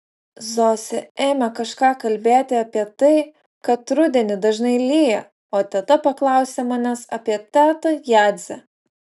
zosė ėmė kažką kalbėti apie tai kad rudenį dažnai lyja o teta paklausė manęs apie tetą jadzę